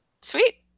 Sweet